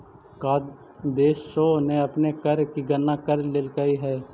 का देशों ने अपने कर की गणना कर लेलकइ हे